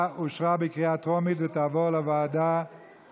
את הצעת החוק לתיקון פקודת בתי הסוהר (שלילת זכאות